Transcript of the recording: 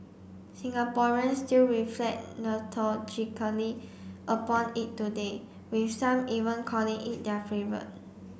Singaporeans still reflect upon it today with some even calling it their favourite